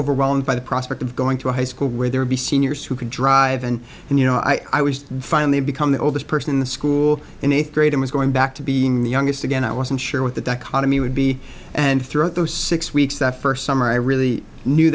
overwhelmed by the prospect of going to a high school where they would be seniors who could drive and and you know i was finally become the oldest person in the school in eighth grade i was going back to being the youngest again i wasn't sure what the dichotomy would be and throughout those six weeks that first summer i really knew